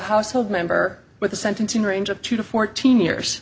household member but the sentencing range of two to fourteen years